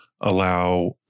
allow